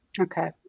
Okay